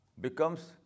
Becomes